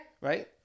Right